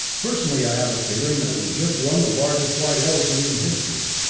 personally, i have a feeling that we've just won the largest white elephant in history.